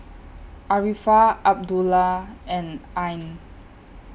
Arifa Abdullah and Ain